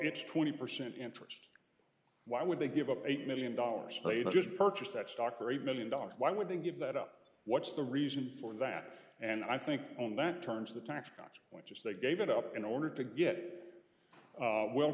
its twenty percent interest why would they give up eight million dollars place just purchase that stock for a million dollars why would they give that up what's the reason for that and i think on that terms the tax consequences they gave it up in order to get